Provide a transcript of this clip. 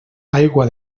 aigua